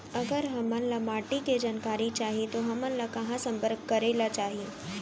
अगर हमन ला माटी के जानकारी चाही तो हमन ला कहाँ संपर्क करे ला चाही?